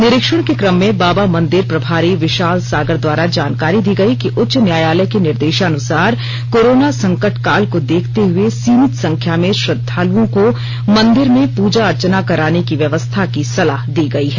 निरीक्षण के क्रम में बाबा मंदिर प्रभारी विशाल सागर द्वारा जानकारी दी गई कि उच्च न्यायालय के निर्देशानुसार कोरोना संकट काल को देखते हुए सीमित संख्या में श्रद्धालुओं को मंदिर में पूजा अर्चना कराने की व्यवस्था की सलाह दी गई है